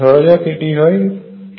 ধরা যাক এটি হয় N